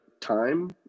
time